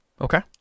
Okay